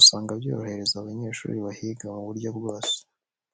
usanga byorohereza abanyeshuri bahiga mu buryo bwose.